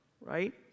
right